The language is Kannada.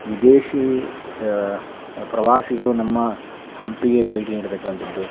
ವಿದೇಶಿ ಪ್ರವಾಸಿಗರು ನಮ್ಮ ಹಂಪಿಗೆ ಭೇಟಿ ನೀಡ್ತಕ್ಕಂಥದ್ದು